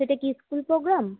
সেটা কি school programme